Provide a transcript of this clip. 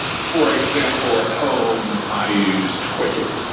for example, at home, i used quicken,